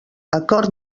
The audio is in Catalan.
acord